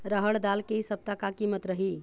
रहड़ दाल के इ सप्ता का कीमत रही?